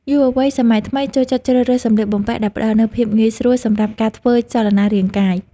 យុវវ័យសម័យថ្មីចូលចិត្តជ្រើសរើសសម្លៀកបំពាក់ដែលផ្ដល់នូវភាពងាយស្រួលសម្រាប់ការធ្វើចលនារាងកាយ។